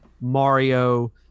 Mario